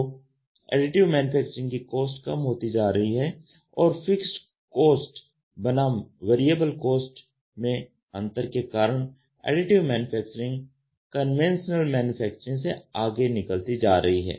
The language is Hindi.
तो एडिटिव मैन्युफैक्चरिंग की कॉस्ट कम होती जा रही है और फ़िक्स्ड कॉस्ट बनाम वरिएबल कॉस्ट में अंतर के कारण एडिटिव मैन्युफैक्चरिंग कन्वेंशनल मैन्युफैक्चरिंग से आगे निकलती जा रही है